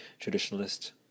Traditionalist